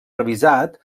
revisat